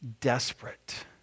desperate